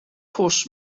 pws